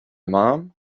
mom